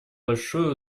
большое